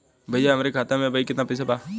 भईया हमरे खाता में अबहीं केतना पैसा बा?